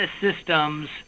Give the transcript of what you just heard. systems